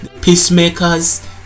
peacemakers